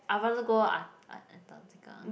I rather go a~ an~ Antarctica